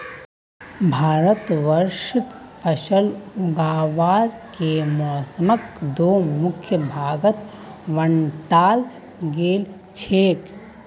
भारतवर्षत फसल उगावार के मौसमक दो मुख्य भागत बांटाल गेल छेक